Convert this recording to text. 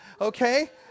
Okay